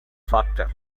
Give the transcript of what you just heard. факты